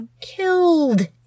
Killed